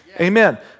Amen